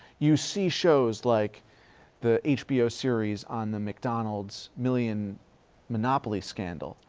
you see shows like the hbo series on the mcdonald's million monopoly scandal.